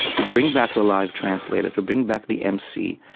to bring back the live translator, to bring back the emcee,